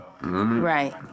right